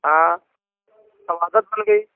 हाँ अब आदत बन गई